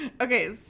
okay